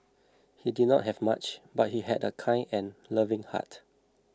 he did not have much but he had a kind and loving heart